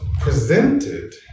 presented